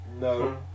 No